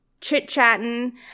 chit-chatting